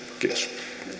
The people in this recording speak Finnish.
kiitos